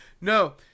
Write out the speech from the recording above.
No